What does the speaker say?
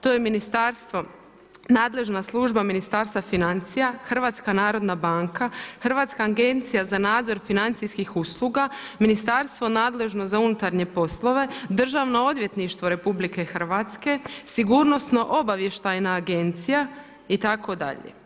To je ministarstvo, nadležna služba Ministarstva financija, Hrvatska narodna banka, Hrvatska agencija za nadzor financijskih usluga, Ministarstvo nadležno za unutarnje poslove, Državno odvjetništvo RH, Sigurnosno obavještajna agencija itd.